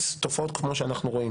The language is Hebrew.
תופעות כמו שאנחנו רואים,